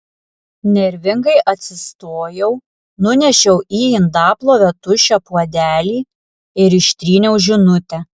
nervingai atsistojau nunešiau į indaplovę tuščią puodelį ir ištryniau žinutę